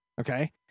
Okay